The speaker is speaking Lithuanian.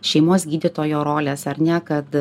šeimos gydytojo rolės ar ne kad